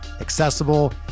accessible